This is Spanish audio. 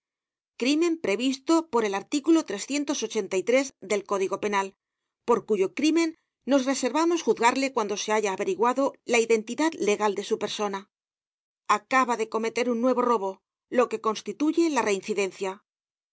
crímen previsto por el artículo del código penal por cuyo crímen nos reservamos juzgarle cuando se haya averiguado la identidad legal de su persona acaba de cometer un nuevo robo lo que constituye la reincidencia